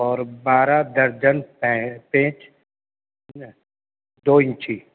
اور بارہ درجن پینچ ہے نا دو انچی